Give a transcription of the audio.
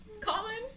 Colin